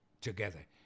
together